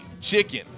chicken